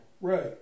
Right